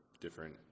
different